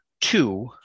two